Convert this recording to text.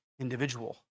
individual